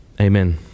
amen